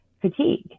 fatigue